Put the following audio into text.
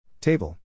Table